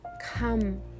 come